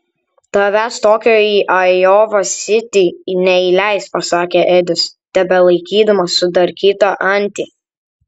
tavęs tokio į ajova sitį neįleis pasakė edis tebelaikydamas sudarkytą antį